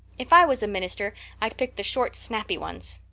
if i was a minister i'd pick the short, snappy ones.